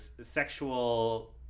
sexual